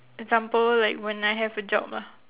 example like when I have a job lah